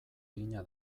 egina